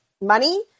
money